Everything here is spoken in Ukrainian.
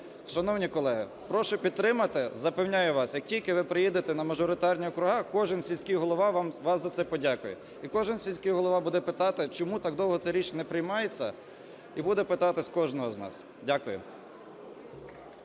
Шановні колеги, прошу підтримати. Запевняю вас, як тільки ви приїдете на мажоритарні округи, кожен сільський голова вам за це подякує. І кожен сільський голова буде питати, чому так довго це рішення не приймається, і буде питати з кожного з нас. Дякую.